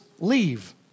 leave